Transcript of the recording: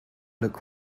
look